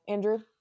Andrew